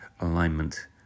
alignment